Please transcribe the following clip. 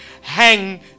hang